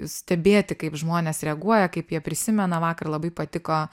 stebėti kaip žmonės reaguoja kaip jie prisimena vakar labai patiko